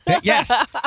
Yes